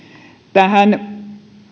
tähän